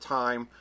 time